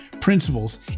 principles